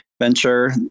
Venture